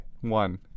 one